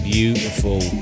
Beautiful